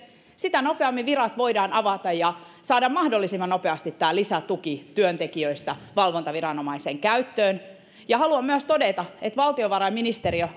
sitä nopeammin virat voidaan avata ja saada mahdollisimman nopeasti tämä lisätuki työntekijöistä valvontaviranomaisen käyttöön haluan myös todeta että valtiovarainministeriö